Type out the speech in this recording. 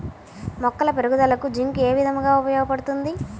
మొక్కల పెరుగుదలకు జింక్ ఏ విధముగా ఉపయోగపడుతుంది?